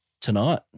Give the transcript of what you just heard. tonight